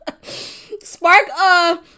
Spark